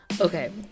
okay